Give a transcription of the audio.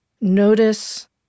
Notice